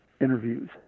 interviews